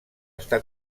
està